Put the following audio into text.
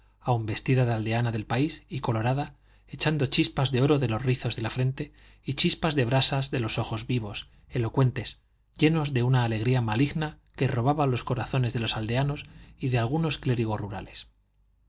aldea aún vestida de aldeana del país y colorada echando chispas de oro de los rizos de la frente y chispas de brasa de los ojos vivos elocuentes llenos de una alegría maligna que robaba los corazones de los aldeanos y de algunos clérigos rurales